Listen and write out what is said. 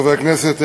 חברי הכנסת,